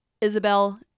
Isabel